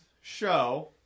show